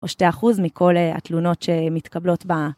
או שתי אחוז מכל התלונות שמתקבלות בה.